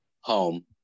home